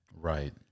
Right